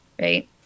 right